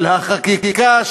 של החקיקה,